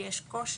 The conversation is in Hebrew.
יש קושי?